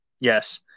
Yes